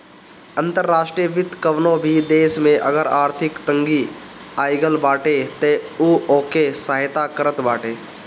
अंतर्राष्ट्रीय वित्त कवनो भी देस में अगर आर्थिक तंगी आगईल बाटे तअ उ ओके सहायता करत बाटे